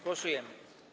Głosujemy.